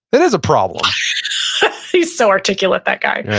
it is a problem he's so articulate that guy.